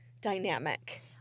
dynamic